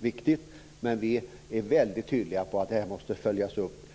viktigt, men vi är väldigt tydliga på att det här måste följas upp.